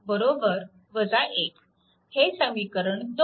हे समीकरण 2